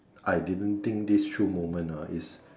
I didn't think this through moment ah is